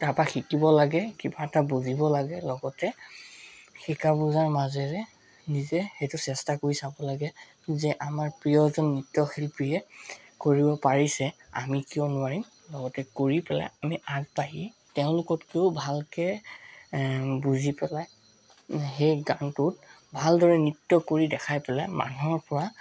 কিবা শিকিব লাগে কিবা এটা বুজিব লাগে লগতে সেই শিকা বুজাৰ মাজেৰে নিজে সেইটো চেষ্টা কৰি চাব লাগে যে আমাৰ প্ৰিয় এজন নৃত্যশিল্পীয়ে কৰিব পাৰিছে আমি কিয় নোৱাৰিম লগতে কৰি পেলাই আমি আগবাঢ়ি তেওঁলোকতকৈও ভালকৈ বুজি পেলাই সেই গানটোত ভালদৰে নৃত্য কৰি দেখাই পেলাই মানুহৰ পৰা